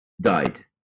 died